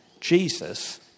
Jesus